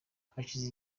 hashize